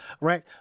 Right